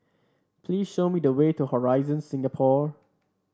please show me the way to Horizon Singapore